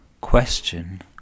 question